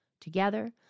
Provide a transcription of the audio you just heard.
Together